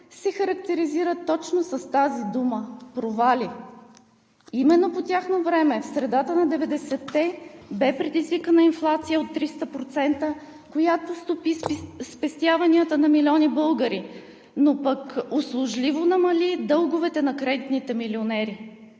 се характеризират точно с тази дума „провали“. Именно по тяхно време – в средата на 90-те, бе предизвикана инфлация от 300%, която стопи спестяванията на милиони българи, но пък услужливо намали дълговете на кредитните милионери,